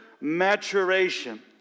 maturation